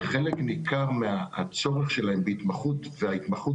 חלק ניכר מהצורך שלהם בהתמחות וההתמחות